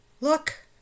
look